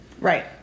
Right